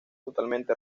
totalmente